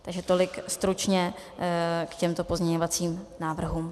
Takže tolik stručně k těmto pozměňovacím návrhům.